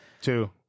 Two